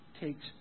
takes